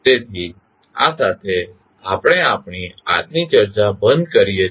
તેથી આ સાથે આપણે આપણી આજની ચર્ચા બંધ કરીએ છીએ